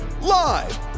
Live